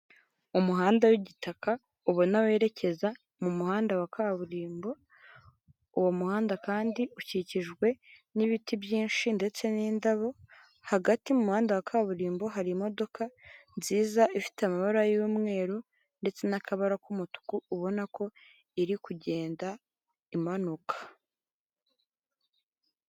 Umuhanda w'igitaka ubona werekeza mu muhanda wa kaburimbo ,Uwo muhanda kandi ukikijwe n'ibiti byinshi ndetse n'indabo, Hagati mu muhanda wa kaburimbo hari imodoka nziza ifite amabara y'umweru ndetse n'akabara k'umutuku ubona ko iri kugenda imanuka.